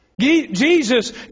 Jesus